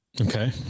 okay